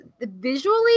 visually